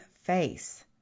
Face